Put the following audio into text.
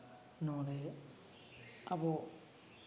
ᱱᱚᱰᱮ ᱟᱵᱚ